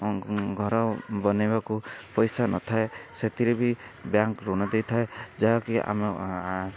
ହୁଁ ଘର ବନାଇବାକୁ ପଇସା ନଥାଏ ସେଥିରେ ବି ବ୍ୟାଙ୍କ ଋଣ ଦେଇଥାଏ ଯାହାକି ଆମ